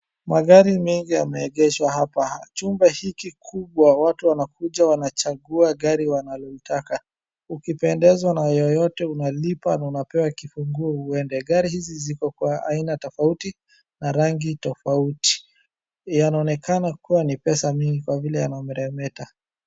Magari mingi yameegeshwa hapa. Chumba hiki kubwa watu wanakuja wanachagua gari wanaloitaka. Ukipendezwa na yoyote unalipa na unapewa kifunguo uende. Gari hizi ziko kwa aina tofauti, na rangi tofauti. Yanaonekana ni kuwa pesa mingi kwa vile yanameremeta.